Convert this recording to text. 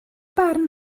barn